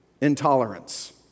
intolerance